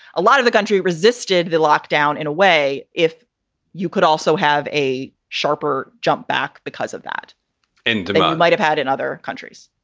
a lot of the country resisted the locked down in a way. if you could also have a sharper jump back because of that and demand might have had in other countries